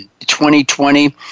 2020